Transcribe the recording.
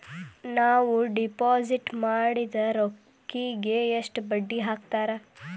ನಾವು ಡಿಪಾಸಿಟ್ ಮಾಡಿದ ರೊಕ್ಕಿಗೆ ಎಷ್ಟು ಬಡ್ಡಿ ಹಾಕ್ತಾರಾ?